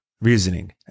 reasoning